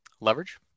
Leverage